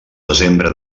desembre